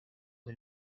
del